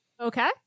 okay